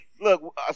Look